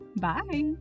Bye